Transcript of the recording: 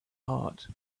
heart